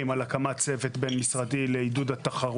אתה עדיין מאמין שאתה יכול להגיע לזה?